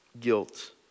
guilt